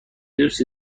دوستی